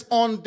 on